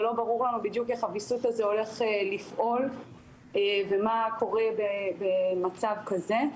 ולא ברור לנו בדיוק איך הוויסות הזה הולך לפעול ומה קורה במצב כזה.